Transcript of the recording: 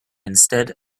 instead